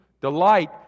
delight